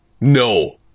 No